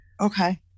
Okay